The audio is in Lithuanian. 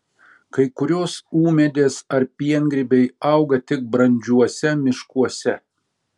kai kurios ūmėdės ar piengrybiai auga tik brandžiuose miškuose